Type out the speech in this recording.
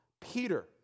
Peter